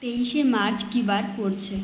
তেইশে মার্চ কী বার পড়ছে